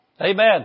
Amen